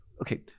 okay